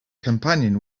companion